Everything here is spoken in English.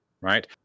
Right